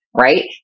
Right